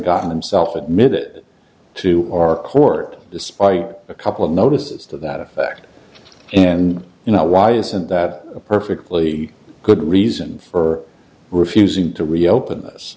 gotten himself admit it to our court despite a couple of notices to that effect and you know why isn't that a perfectly good reason for refusing to reopen